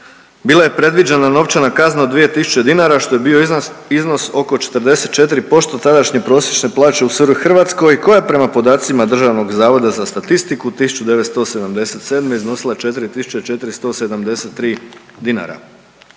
bila je predviđena novčana kazna od 2000 dinara što je bio iznos oko 44% tadašnje prosječne plaće u SR Hrvatskoj koja prema podacima DZS-a 1977. iznosila je 4.473 dinara